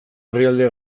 herrialde